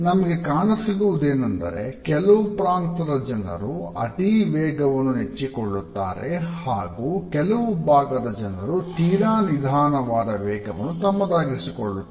ನಮಗೆ ಕಾಣಸಿಗುವುದೇನೆಂದೆರೆ ಕೆಲವು ಪ್ರಾಂತದ ಜನರು ಅತಿ ವೇಗವನ್ನು ನೆಚ್ಚಿಕೊಳ್ಳುತ್ತಾರೆ ಹಾಗು ಕೆಲವು ಭಾಗದ ಜನರು ತೀರಾ ನಿಧಾನವಾದ ವೇಗವನ್ನು ತಮ್ಮದಾಗಿಸಿಕೊಳ್ಳುತ್ತಾರೆ